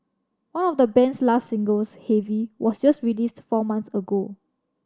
one of the band's last singles Heavy was just released four months ago